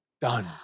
Done